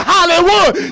Hollywood